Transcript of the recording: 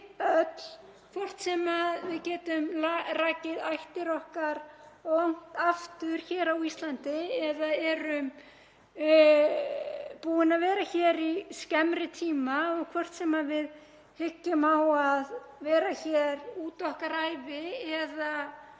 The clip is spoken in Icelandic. öll, hvort sem við getum rakið ættir okkar langt aftur hér á Íslandi eða erum búin að vera hér í skemmri tíma og hvort sem við hyggjum á að vera hér út okkar ævi eða